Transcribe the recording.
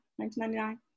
1999